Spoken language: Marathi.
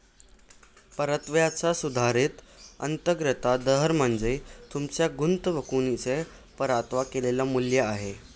परताव्याचा सुधारित अंतर्गत दर म्हणजे तुमच्या गुंतवणुकीचे परतावा केलेले मूल्य आहे